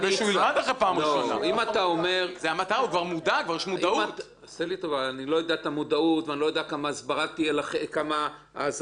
אני לא מכיר הרבה חוקים שנעשה בהם פרסום ויש מודעות לציבור כמו בחוק